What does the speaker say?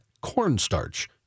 cornstarch